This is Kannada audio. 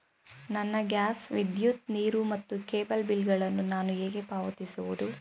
ನನ್ನ ಗ್ಯಾಸ್, ವಿದ್ಯುತ್, ನೀರು ಮತ್ತು ಕೇಬಲ್ ಬಿಲ್ ಗಳನ್ನು ನಾನು ಹೇಗೆ ಪಾವತಿಸುವುದು?